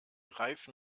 reifen